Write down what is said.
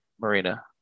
Marina